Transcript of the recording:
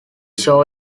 show